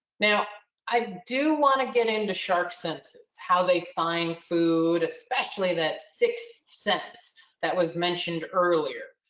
now i do want to get into shark senses, how they find food, especially that sixth sense that was mentioned earlier.